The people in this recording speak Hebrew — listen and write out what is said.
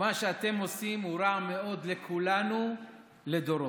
ומה שאתם עושים הוא רע מאוד לכולנו לדורות.